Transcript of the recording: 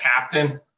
captain